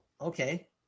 okay